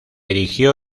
erigió